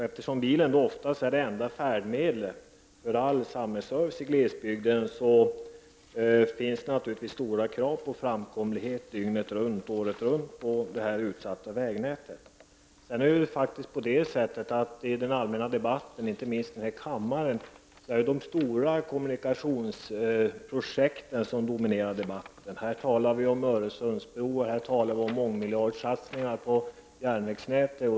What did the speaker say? Eftersom bilen oftast är det enda färdmedlet för all samhällsservice i glesbygden finns det naturligtvis stora krav på framkomlighet dygnet runt och året runt på det utsatta vägnätet. I den allmänna debatten, inte minst i denna kammare, har de stora kommunikationsprojekten dominerat. Här talar vi om Öresundsbro och mångmiljardsatsningar på järnvägsnätet.